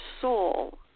soul